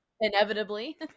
inevitably